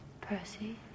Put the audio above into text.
Percy